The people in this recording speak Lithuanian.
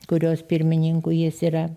kurios pirmininku jis yra